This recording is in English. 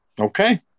Okay